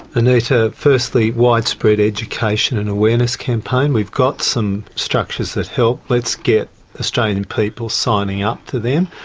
anita, firstly widespread education and awareness campaign. we've got some structures that help, let's get australian and people signing up to them.